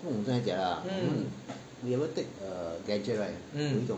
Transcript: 不懂真还是假啦 we ever take a gadget right 有一种